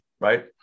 right